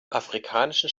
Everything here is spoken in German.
afrikanischen